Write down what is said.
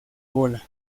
bola